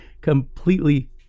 completely